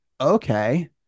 okay